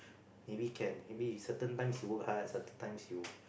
maybe can maybe if certain times you work hard certain times you